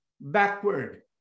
backward